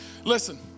Listen